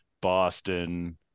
Boston